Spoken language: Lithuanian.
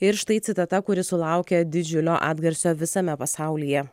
ir štai citata kuri sulaukė didžiulio atgarsio visame pasaulyje